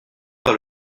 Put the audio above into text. par